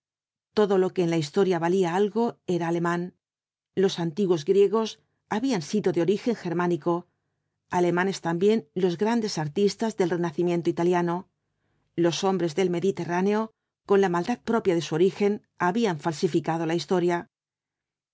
todo lo que en la historia valía algo era alemán los antiguos griegos habían sido de origen germánico alemanes también los grandes artistas del renacimiento italiano los hombres del mediterráneo con la maldad propia de su origen habían falsificado la historia